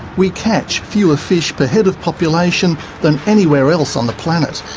we catch fewer fish per head of population than anywhere else on the planet.